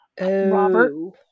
robert